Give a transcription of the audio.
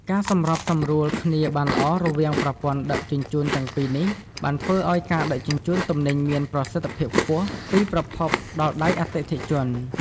ការសម្របសម្រួលគ្នាបានល្អរវាងប្រព័ន្ធដឹកជញ្ជូនទាំងពីរនេះបានធ្វើឱ្យការដឹកជញ្ជូនទំនិញមានប្រសិទ្ធភាពខ្ពស់ពីប្រភពដល់ដៃអតិថិជន។